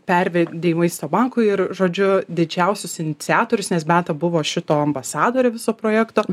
pervedei maisto bankui ir žodžiu didžiausius iniciatorius nes beata buvo šito ambasadorė viso projekto